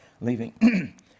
leaving